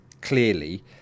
clearly